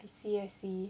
I see I see